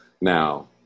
Now